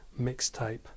mixtape